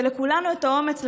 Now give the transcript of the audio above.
ולכולנו את האומץ,